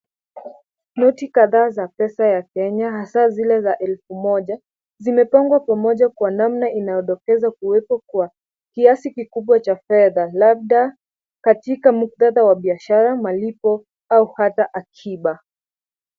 Noti kadhaa za pesa ya Kenya hasa zile za elfu moja, zimepangwa pamoja kwa namna inayodokeza kuwepo kwa kiasi kikubwa cha fedha labda katika muktadha wa biashara, malipo au hata akiba.